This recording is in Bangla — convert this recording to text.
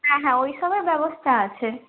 হ্যাঁ হ্যাঁ ওইসবের ব্যবস্থা আছে